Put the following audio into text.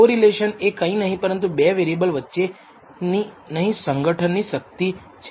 correlation એ કંઈ નહીં પરંતુ 2 વેરીએબલ વચ્ચે નહીં સંગઠન ની શક્તિ છે